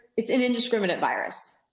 it's an indiscriminate virus.